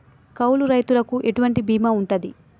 కౌలు రైతులకు ఎటువంటి బీమా ఉంటది?